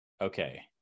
Okay